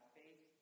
faith